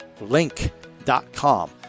link.com